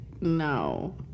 No